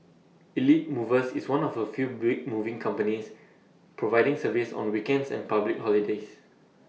elite movers is one of A few big moving companies providing service on weekends and public holidays